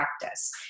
practice